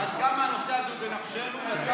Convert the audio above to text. זה רק